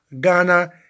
Ghana